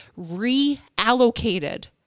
reallocated